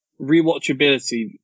Rewatchability